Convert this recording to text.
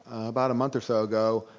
about a month or so ago,